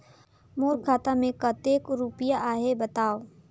मोर खाता मे कतेक रुपिया आहे बताव?